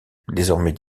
désormais